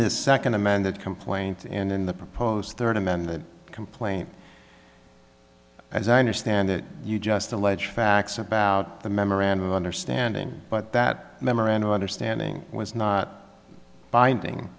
this second amended complaint in the proposed third amended complaint as i understand that you just allege facts about the memorandum of understanding but that memorandum understanding was not binding